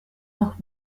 los